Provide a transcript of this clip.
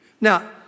Now